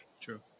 True